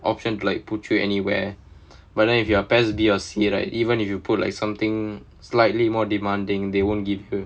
option like put you anywhere but then if you are P_E_S B or C right even if you put like something slightly more demanding they won't give you